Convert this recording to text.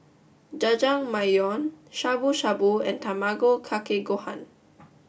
Jajangmyeon Shabu Shabu and Tamago Kake Gohan